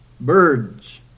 birds